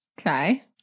Okay